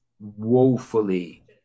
woefully